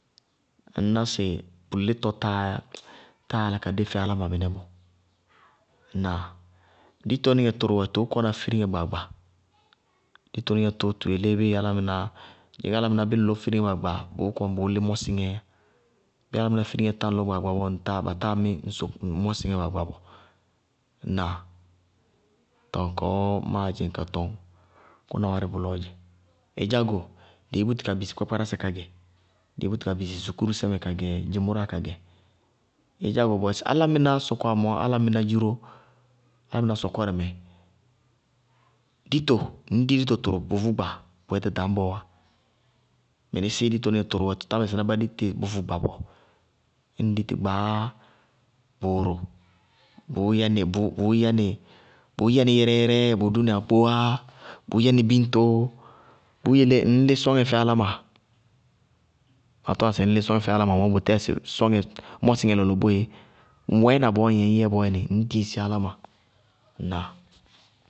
Ŋñná sɩ bʋ lítɔ táa yála ka dé fɛ áláma mɩnɛ bɔɔ. Ŋnáa? Ditonɩŋɛ tʋrʋ wɛ, tʋʋ kɔna firiŋɛ gbaagba, ditonɩŋɛ tʋ, tʋ yelé bíɩ álámɩná, ŋdzɩñ ñŋ álámɩná bíɩ ŋ lɔ firiŋɛ gbaagba, bʋʋ kɔní bʋʋ lí mɔsɩŋɛɛ yá. Bíɩ álámɩná firiŋɛ tá ŋlɔ gbaagba bɔɔ, batáa mí ŋ mɔsɩŋɛ gbaagba bɔɔ. Ŋnáa? Tɔɔ kɔɔ máa dzɩŋ ka tɔŋ bʋná wárɩ bʋlɔɔ dzɛ. Ɩdzá go dɩí búti ka bisí kpákpárásɛ ka gɛ, dɩí búti ka bisí sukúrusɛ mɛ kagɛ, dzɩmʋráa kagɛ. Ɩdzá go bʋwɛ álámɩnáá sɔkɔwá mɔɔ dziró, álámɩná sɔkɔrɛ mɛ, dito, ŋñ dí dito tʋrʋ bʋʋvʋ gba, bʋyɛ ɖaɖañbɔɔ wá. Mɩnísíɩ, ditonɩŋɛ tʋrʋ wɛ tʋ tá mɛsɩná bá dí tɩ bʋ vʋ gba bɔɔ. Ñŋ ŋ dit tɩ gba, bʋʋrʋ, bʋʋ yɛnɩ yɛrɛ-yɛrɛ, bʋʋ dʋnɩ akpowá, bʋʋ yɛnɩ biñto, bʋʋ yelé ŋñlí sɔŋɛ fɛ álámɩná. Maa tɔñŋá sɩ ŋñ lí sɔŋɛ mɔɔ bʋtɛɛ mɔsɩŋɛ sɔŋɛ lɔlɔ boéé, ŋ wɛɛna bɔɔ ññ yɛ ŋñ yɛ bʋʋyɛnɩ, ŋñ ɖɩñsi áláma. Ŋnáa?